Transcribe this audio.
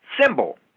symbol